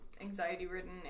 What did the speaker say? anxiety-ridden